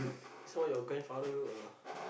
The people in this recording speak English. so your grandfather road ah